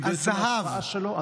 הזה"ב,